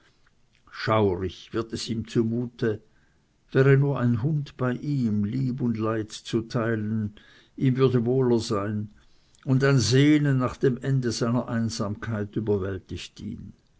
schaurig wird es ihm zu mute wäre nur ein hund bei ihm lieb und leid zu teilen ihm würde wohler sein ein sehnen nach dem ende seiner einsamkeit überwältigt ihn